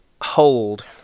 hold